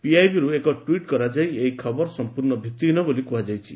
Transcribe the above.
ପିଆଇବିରୁ ଏକ ଟ୍ୱିଟ୍ କରାଯାଇ ଏହି ଖବର ସଂପୂର୍ଣ୍ଣ ଭିଭିହୀନ ବୋଲି କୁହାଯାଇଛି